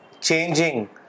changing